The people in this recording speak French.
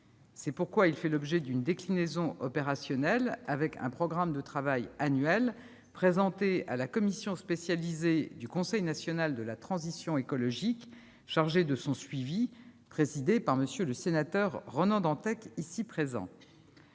C'est pourquoi il fait l'objet d'une déclinaison opérationnelle avec un programme de travail annuel présenté à la commission spécialisée du Conseil national de la transition écologique, le CNTE, chargée de son suivi- elle est présidée par M. le sénateur Ronan Dantec. Le bilan